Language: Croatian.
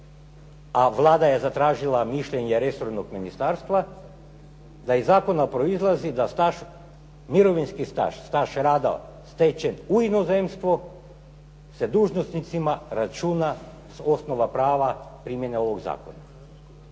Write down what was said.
a Vlada je zatražila mišljenje resornog ministarstva da iz zakona proizlazi da staž, mirovinski staž, staž rada stečen u inozemstvo se dužnosnicima računa sa osnova prava primjene ovoga zakona.